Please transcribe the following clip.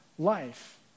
Life